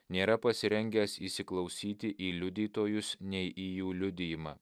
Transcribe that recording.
nėra pasirengęs įsiklausyti į liudytojus nei į jų liudijimą